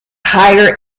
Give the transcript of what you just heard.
higher